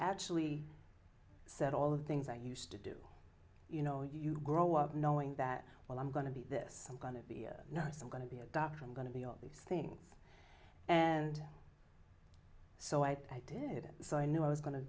actually said all the things i used to do you know you grow up knowing that well i'm going to be this i'm going to be nice i'm going to be a doctor i'm going to be all these things and so i did it so i knew i was go